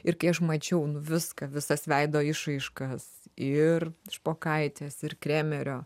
ir kai aš mačiau viską visas veido išraiškas ir špokaitės ir kremerio